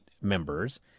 members